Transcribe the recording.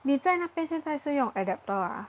你在那边现在是用 adaptor ah